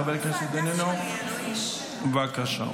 חבר הכנסת דנינו, בבקשה.